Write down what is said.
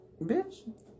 bitch